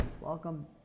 Welcome